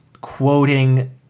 quoting